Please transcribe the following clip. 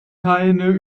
keine